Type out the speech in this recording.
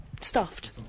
Stuffed